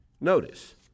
Notice